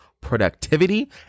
productivity